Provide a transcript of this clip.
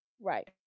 Right